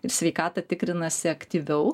ir sveikatą tikrinasi aktyviau